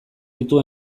ditu